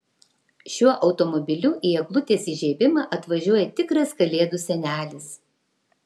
šiuo automobiliu į eglutės įžiebimą atvažiuoja tikras kalėdų senelis